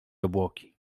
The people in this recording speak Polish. obłoki